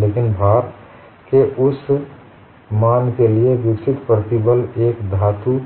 लेकिन भार के उस मान के लिए विकसित प्रतिबल एक धातु